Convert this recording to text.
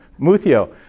muthio